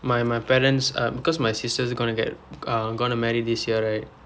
my my parents uh because my sister's gonna get um gonna marry this year right